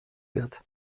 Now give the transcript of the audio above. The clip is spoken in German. wird